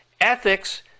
ethics